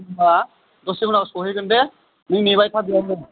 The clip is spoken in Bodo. दा होमब्ला दसे उनाव सहैगोन दे नों नेबाय था बेयावनो